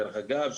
דרך אגב,